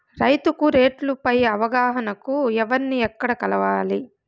రైతుకు రేట్లు పై అవగాహనకు ఎవర్ని ఎక్కడ కలవాలి?